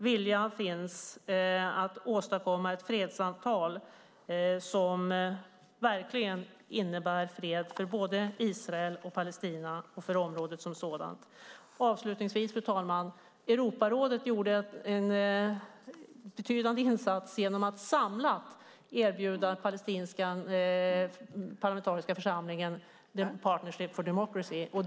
Viljan finns att åstadkomma ett fredsavtal som verkligen innebär fred för både Israel och Palestina - och för området som sådant. Avslutningsvis, fru talman, vill jag säga att Europarådet gjorde en betydande insats genom att samlat erbjuda den palestinska parlamentariska församlingen Partnership for Democracy.